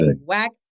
wax